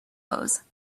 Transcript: hose